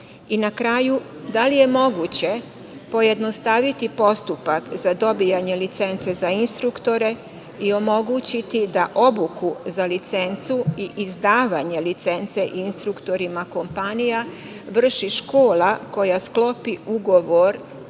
kraju, da li je moguće pojednostaviti postupak za dobijanje licence za instruktore i omogućiti da obuku za licencu i izdavanje licence instruktorima kompanija vrši škola koja sklopi ugovor